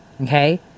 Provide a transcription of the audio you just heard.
Okay